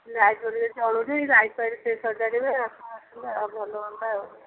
light ଜଳୁନି light fight ଟିକେ ସଜାଡ଼ିବେ ଆପଣ ଆସିଲେ ଭଲ ହୁଅନ୍ତା ଆଉ